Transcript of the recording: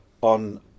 on